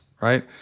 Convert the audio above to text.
right